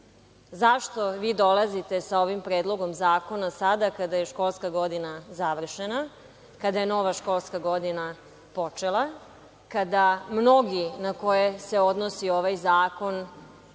Zašto vi dolazite sa ovim predlogom zakona sada kada je školska godine završena, kada je nova školska godina počela, kada mnogi na koje se odnosi ovaj zakon